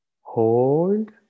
hold